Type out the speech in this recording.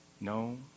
No